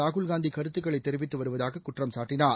ராகுல் காந்தி கருத்துக்களை தெரிவித்து வருவதாக குற்றம் சாட்டினார்